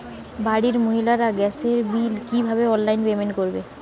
বাড়ির মহিলারা গ্যাসের বিল কি ভাবে অনলাইন পেমেন্ট করবে?